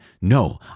No